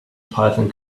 python